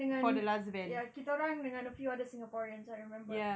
dengan ya kita orang dengan a few other singaporeans right I remember